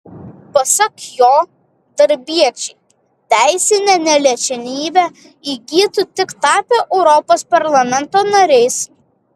pasak jo darbiečiai teisinę neliečiamybę įgytų tik tapę europos parlamento nariais